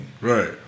Right